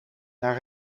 naar